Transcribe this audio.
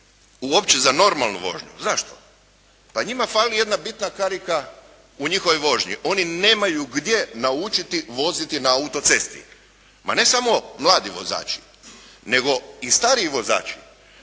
uopće za normalnu vožnju. Zašto? Pa njima fali jedna bitna karika u njihovoj vožnji. Oni nemaju gdje naučiti voziti na autocesti. Ne samo mladi vozači nego i stariji vozači,